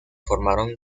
formaron